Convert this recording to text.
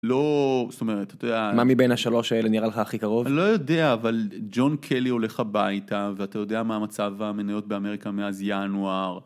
לא, זאת אומרת, אתה יודע... מה מבין השלוש האלה נראה לך הכי קרוב? לא יודע, אבל, ג'ון קלי הולך הביתה, ואתה יודע מה המצב המניות באמריקה מאז ינואר,